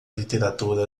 literatura